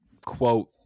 quote